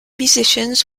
musicians